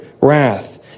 wrath